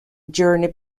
journey